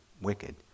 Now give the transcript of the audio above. wicked